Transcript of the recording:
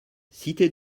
cité